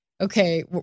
Okay